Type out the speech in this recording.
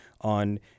on